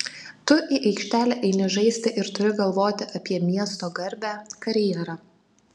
tu į aikštelę eini žaisti ir turi galvoti apie miesto garbę karjerą